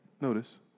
notice